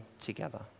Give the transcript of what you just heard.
together